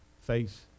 Face